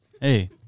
Hey